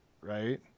right